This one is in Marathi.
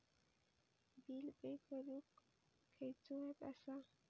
बिल पे करूक खैचो ऍप असा?